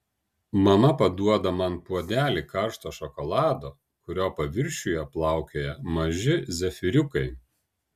mama paduoda man puodelį karšto šokolado kurio paviršiuje plaukioja maži zefyriukai